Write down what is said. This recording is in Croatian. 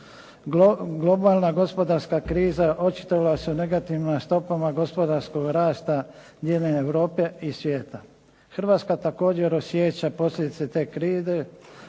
Globalna gospodarska kriza očitovala se u negativnim stopama gospodarskog rasta diljem Europe i svijeta. Hrvatska također osjeća posljedice te krize